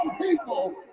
people